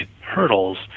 hurdles